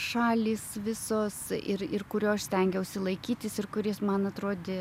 šalys visos ir ir kurio aš stengiausi laikytis ir kuris man atrodė